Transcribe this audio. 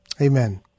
Amen